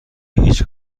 هیچ